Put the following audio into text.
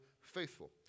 faithful